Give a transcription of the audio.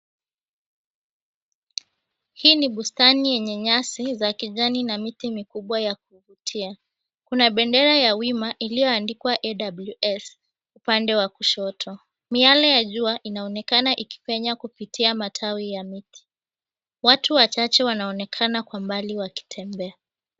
Hii ni bustani yenye nyasi za kijani na miti mikubwa ya kuvutia. Kuna bendera ya wima iliyoandikwa AWS upande wa kushoto. Miale ya jua inaonekana ikipenya kupitia matawi ya miti. Watu wachache wanaonekana kwa mbali wakitembea.